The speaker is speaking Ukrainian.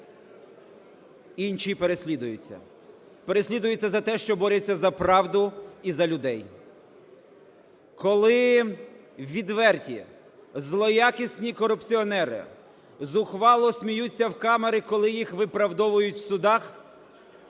інші переслідуються, переслідуються за те, що борються за правду і за людей. Коли відверті, злоякісні корупціонери зухвало сміються в камери, коли їх виправдовують в судах,